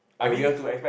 I mean